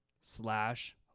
slash